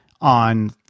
on